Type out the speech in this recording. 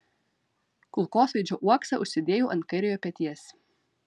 kulkosvaidžio uoksą užsidėjau ant kairiojo peties